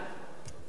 אינו נוכח